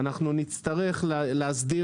אנחנו נצטרך לאפשר,